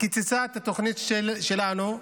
קיצצה את התוכנית שלנו,